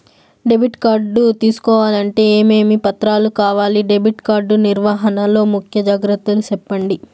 Debit card తీసుకోవాలంటే ఏమేమి పత్రాలు కావాలి? డెబిట్ కార్డు నిర్వహణ లో ముఖ్య జాగ్రత్తలు సెప్పండి?